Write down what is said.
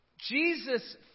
Jesus